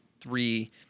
three